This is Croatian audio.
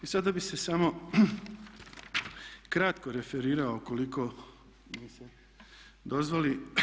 I sada bih se samo kratko referirao ukoliko mi se dozvoli.